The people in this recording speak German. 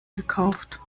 gekauft